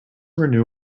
renew